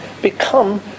become